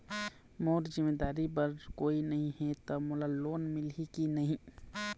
मोर जिम्मेदारी बर कोई नहीं हे त मोला लोन मिलही की नहीं?